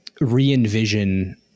re-envision